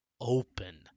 open